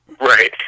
right